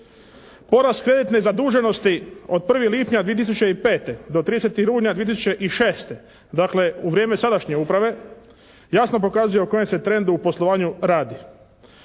Porast kreditne zaduženosti od 1. lipnja 2005. do 30. rujna 2006., dakle u vrijeme sadašnje uprave jasno pokazuje o kojem se trendu u poslovanju radi.